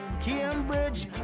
Cambridge